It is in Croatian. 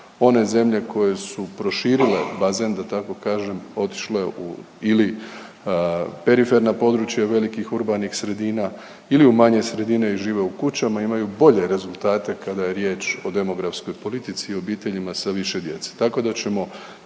One zemlje koje su proširile bazen, da tako kažem, otišle u, ili periferna područja velikih urbanih sredina ili u manje sredine i žive u kućama i imaju bolje rezultate kada je riječ o demografskoj politici i o obiteljima sa više djece,